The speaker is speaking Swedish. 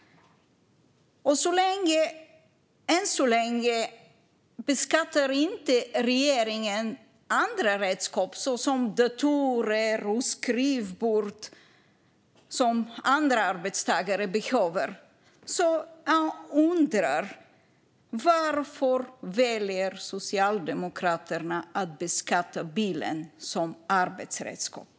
Än så länge beskattar inte regeringen andra redskap, såsom datorer och skrivbord som andra arbetstagare behöver. Jag undrar varför Socialdemokraterna väljer att beskatta bilen som arbetsredskap.